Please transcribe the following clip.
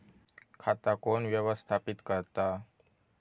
खाता कोण व्यवस्थापित करता?